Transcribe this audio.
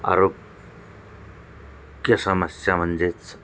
आरोग्य समस्या म्हणजेच